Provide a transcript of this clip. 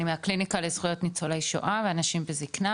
אני מהקליניקה לזכויות ניצולי שואה ואנשים בזקנה,